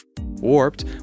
Warped